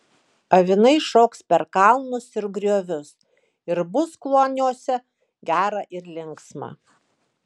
avinai šoks per kalnus ir griovius ir bus kloniuose gera ir linksma